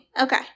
Okay